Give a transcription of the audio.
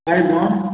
five one